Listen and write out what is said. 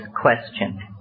question